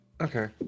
Okay